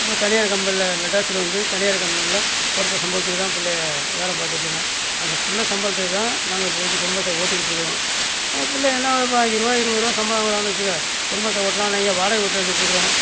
இப்போது தனியார் கம்பெனியில் மெட்ராஸில் வந்து தனியார் கம்பெனியில் கொறைச்ச சம்பளத்துக்குத் தான் பிள்ளைய வேலை பார்த்துட்ருக்கான் அந்த பிள்ள சம்பளத்தை தான் நாங்கள் பொழச்சு குடும்பத்தை ஓட்டிக்கிட்டு இருக்கிறோம் பிள்ளை என்ன ஒரு பதினஞ்சு ரூவா இருபது ரூவா சம்பளம் வாங்குறான்னு வச்சிக்க குடும்பத்தை ஓட்டலாம் நாங்கள் வாடகை வீட்டில் இருந்துட்டு இருக்கிறோம்